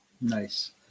Nice